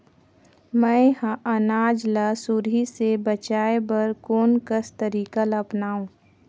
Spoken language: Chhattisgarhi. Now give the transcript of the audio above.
मैं ह अनाज ला सुरही से बचाये बर कोन कस तरीका ला अपनाव?